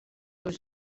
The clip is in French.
que